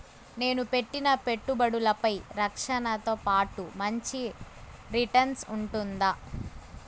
నేను పెట్టిన పెట్టుబడులపై రక్షణతో పాటు మంచి రిటర్న్స్ ఉంటుందా?